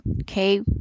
okay